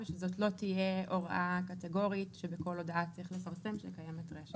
ושזו לא תהיה הוראה קטגורית שבכל הודעה צריך לפרסם שקיימת רשת.